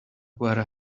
were